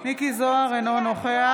מכלוף מיקי זוהר, אינו נוכח